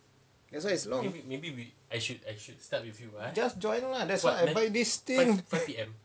that's why it's long just join lah that's why I buy this thing